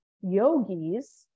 yogis